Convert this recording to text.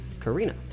Karina